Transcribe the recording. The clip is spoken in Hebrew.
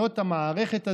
זאת המערכת הזו,